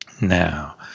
Now